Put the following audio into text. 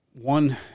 one